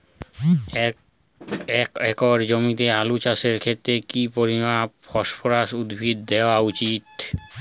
এক একর জমিতে আলু চাষের ক্ষেত্রে কি পরিমাণ ফসফরাস উদ্ভিদ দেওয়া উচিৎ?